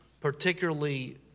particularly